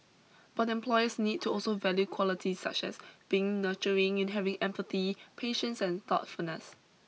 but employees need to also value qualities such as being nurturing and having empathy patience and thoughtfulness